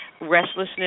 restlessness